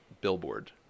billboard